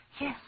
Yes